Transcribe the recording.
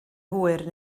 hwyr